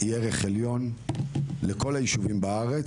היא ערך עליון לכל הישובים בארץ,